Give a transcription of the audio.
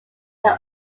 there